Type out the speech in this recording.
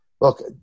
Look